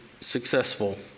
successful